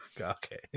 Okay